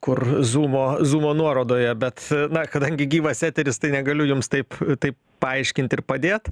kur zumo zumo nuorodoje bet na kadangi gyvas eteris tai negaliu jums taip tai paaiškint ir padėt